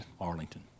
Arlington